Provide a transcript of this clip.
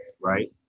right